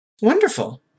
Wonderful